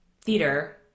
theater